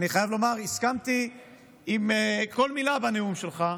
אני חייב לומר, הסכמתי לכל מילה בנאום שלך,